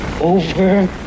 over